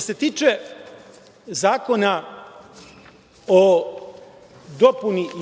se tiče Zakona o